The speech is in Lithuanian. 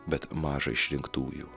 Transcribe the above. bet maža išrinktųjų